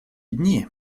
дни